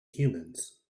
humans